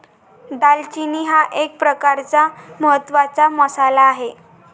दालचिनी हा एक प्रकारचा महत्त्वाचा मसाला आहे